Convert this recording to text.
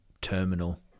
terminal